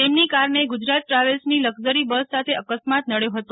તેમની કારને ગુજરાજ ટ્રાવેલ્સની લકઝરી બસ સાથે અકસ્માત નડ્યો હતો